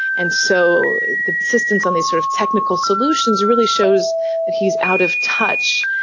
and so the insistence on these sort of technical solutions really shows that he is out of touch.